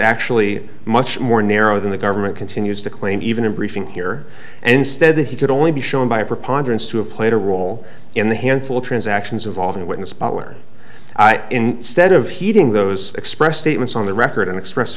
actually much more narrow than the government continues to claim even a briefing here anstead that he could only be shown by a preponderance to have played a role in the handful of transactions involving witness butler in stead of heeding those expressed statements on the record and express